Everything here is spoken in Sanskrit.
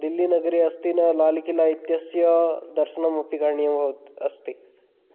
दिल्लीनगरे अस्ति न लालकिला इत्यस्य दर्शनमपि करणीयं भवत् अस्ति